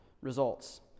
results